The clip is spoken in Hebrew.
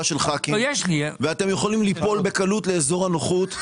של ח"כים ואתם יכולים ליפול בקלות לאזור הנוחות,